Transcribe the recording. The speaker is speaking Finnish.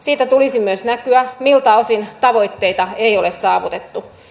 siitä tulisi myös näkyä miltä osin tavoitteita ei ole saavutettu